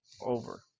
over